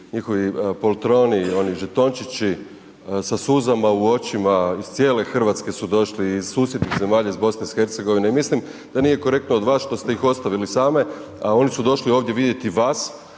njihovi poltroni, oni žetončići sa suzama u očima, iz cijele Hrvatske su došli i iz susjednih zemalja iz BiH-a i mislim da nije korektno od vas što ste ih ostavili same a oni su došli ovdje vidjeti vas.